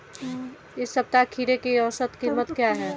इस सप्ताह खीरे की औसत कीमत क्या है?